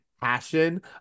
passion